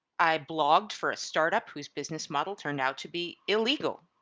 i blogged for a startup whose business model turned out to be illegal.